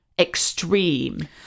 extreme